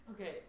Okay